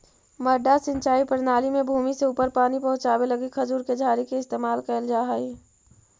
मड्डा सिंचाई प्रणाली में भूमि से ऊपर पानी पहुँचावे लगी खजूर के झाड़ी के इस्तेमाल कैल जा हइ